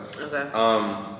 Okay